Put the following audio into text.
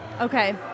Okay